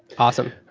awesome.